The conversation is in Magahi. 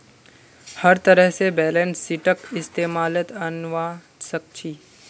हर तरह से बैलेंस शीटक इस्तेमालत अनवा सक छी